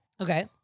Okay